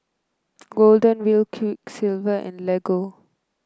Golden Wheel Quiksilver and Lego